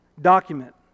document